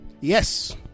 Yes